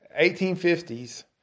1850s